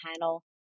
panel